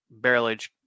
barrelage